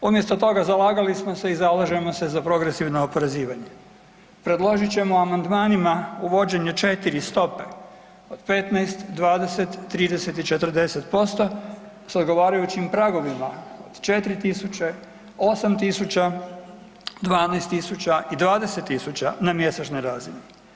Umjesto toga zalagali smo se i zalažemo se za progresivna oporezivanja, predložit ćemo amandmanima uvođenje četiri stope od 15, 20, 30 i 40% s odgovarajućim pragovima od 4.000, 8.000, 12.000 i 20.000 na mjesečnoj razini.